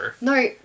No